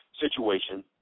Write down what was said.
situation